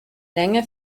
länge